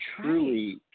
truly